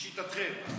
לשיטתכם.